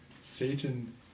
Satan